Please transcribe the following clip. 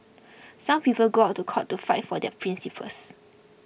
some people go to court to fight for their principles